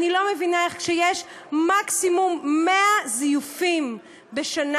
אני לא מבינה איך כשיש מקסימום 100 זיופים בשנה,